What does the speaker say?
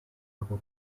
zéro